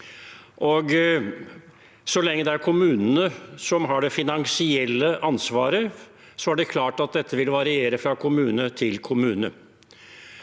Så lenge det er kommunene som har det finansielle ansvaret, er det klart at dette vil variere fra kommune til kommune.